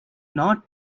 not